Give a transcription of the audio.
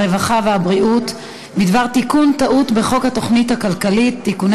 הרווחה והבריאות בדבר תיקון טעות בחוק התוכנית הכלכלית (תיקוני